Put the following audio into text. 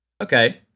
Okay